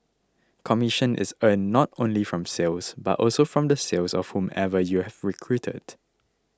commission is earned not only from sales but also from the sales of whomever you've recruited